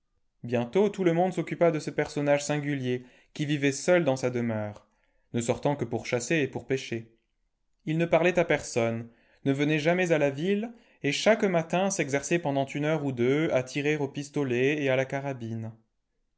bientôt tout le monde s'occupa de ce personnage singulier qui vivait seul dans sa demeure ne sortant que pour chasser et pour pêcher ii ne parlait à personne ne venait jamais à la ville et chaque matin s'exerçait pendant une heure ou deux à tirer au pistolet et à la carabine